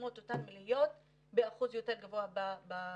שחוסמות אותם מלהיות באחוז יותר גבוה בענף?